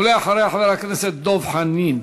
ולאחריה, חבר הכנסת דב חנין.